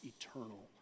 eternal